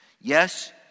Yes